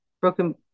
broken